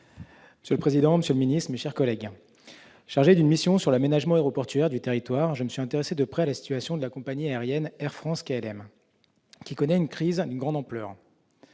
Monsieur le président, monsieur le ministre, mes chers collègues, chargé d'une mission sur l'aménagement aéroportuaire du territoire, je me suis intéressé de près à la situation de la compagnie aérienne Air France-KLM, qui connaît une crise d'une grande ampleur.